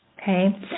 Okay